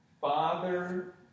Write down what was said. father